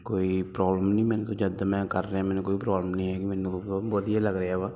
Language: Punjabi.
ਕੋਈ ਪ੍ਰੋਬਲਮ ਨਹੀਂ ਮੈਨੂੰ ਜਦੋਂ ਮੈਂ ਕਰ ਰਿਹਾ ਮੈਨੂੰ ਕੋਈ ਪ੍ਰੋਬਲਮ ਨਹੀਂ ਹੈਗੀ ਮੈਨੂੰ ਵਧੀਆ ਲੱਗ ਰਿਹਾ ਵਾ